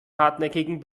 hartnäckigen